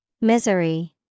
Misery